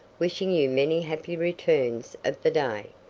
wishing you many happy returns of the day,